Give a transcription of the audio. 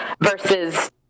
versus